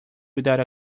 without